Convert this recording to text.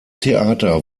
theater